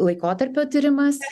laikotarpio tyrimas